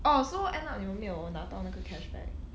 oh so end up 你有没有拿到那个 cashback